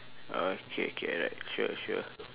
okay okay alright sure sure